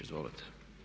Izvolite.